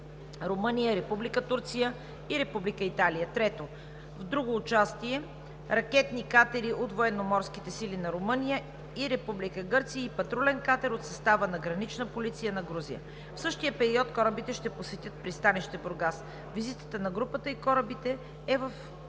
Румъния, Република Турция и Република Италия. Трето, друго участие: ракетни катери от Военноморските сили на Румъния и Република Гърция и патрулен катер от състава на Гранична полиция на Грузия. В същия период корабите ще посетят пристанище Бургас. Визитата на групата и корабите е с невоенен